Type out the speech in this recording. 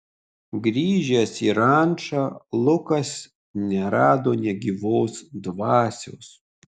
grįžęs į rančą lukas nerado nė gyvos dvasios